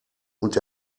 und